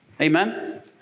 Amen